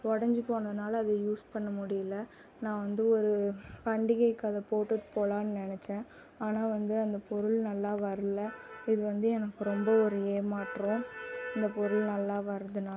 உடைஞ்சி போனதுனால் அதை யூஸ் பண்ண முடியல நான் வந்து ஒரு பண்டிகைக்கு அத போட்டுட்டு போகலானு நினச்சேன் ஆனால் வந்து அந்த பொருள் நல்லா வரல இது வந்து எனக்கு ரொம்ப ஒரு ஏமாற்றம் இந்த பொருள் நல்லா வரதுனால்